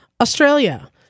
Australia